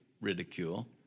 ridicule